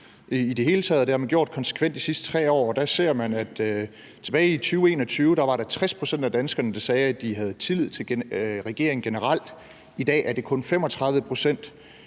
i det hele taget, og det har man gjort konsekvent de sidste 3 år. Der ser man, at tilbage i 2021 var der 60 pct. af danskerne, der sagde, at de havde tillid til regeringen generelt. I dag er det kun 35 pct.